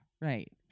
right